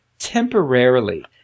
temporarily